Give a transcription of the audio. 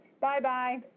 Bye-bye